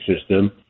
system